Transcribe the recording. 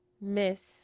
miss